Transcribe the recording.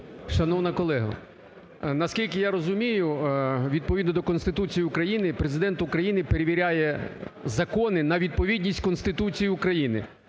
Шановна колего, наскільки я розумію, відповідно до Конституції України Президент України перевіряє Закони на відповідність Конституції України.